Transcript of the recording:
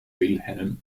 wilhelm